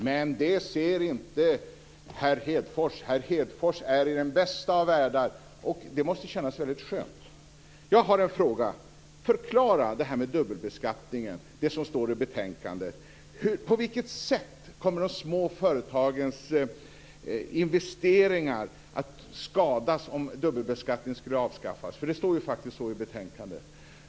Men det ser inte herr Hedfors. Han är i den bästa av världar. Det måste kännas väldigt skönt. Jag har en fråga. Kan Lars Hedfors förklara det som står om dubbelbeskattningen i betänkandet? På vilket sätt kommer de små företagens investeringar att skadas om dubbelbeskattningen skulle avskaffas? Det står faktiskt så i betänkandet.